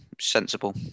sensible